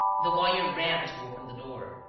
the lawyer ran to open the door.